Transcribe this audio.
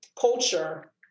Culture